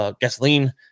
gasoline